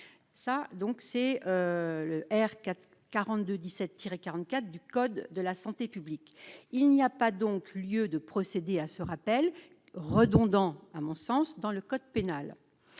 donc c'est le R 4 42 17 tiré 44 du code de la santé publique, il n'y a pas donc lieu de procéder à ce rappel redondant, à mon sens, dans le code pénal,